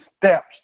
steps